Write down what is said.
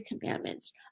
commandments